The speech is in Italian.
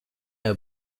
era